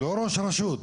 לא ראש רשות,